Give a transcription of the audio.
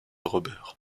robert